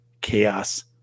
chaos